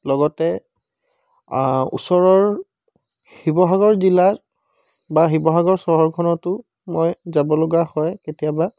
লগতে ওচৰৰ শিৱসাগৰ জিলাত বা শিৱসাগৰ চহৰখনতো মই যাব লগা হয় কেতিয়াবা